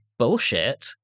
bullshit